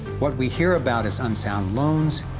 what we hear about as unsound loans,